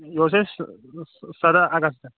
یہِ اوس اَسہِ سَداہ اَگَستہٕ